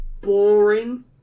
boring